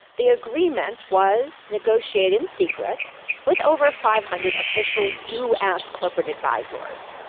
the agreement was negotiated in secret with over five hundred official u. s. corporate advisors.